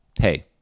hey